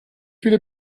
viele